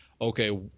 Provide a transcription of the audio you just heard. okay